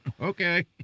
Okay